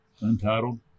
Untitled